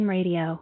Radio